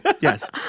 Yes